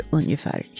ungefär